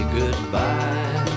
goodbye